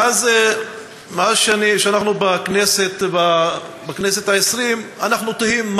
מאז שאנחנו בכנסת העשרים אנחנו תוהים,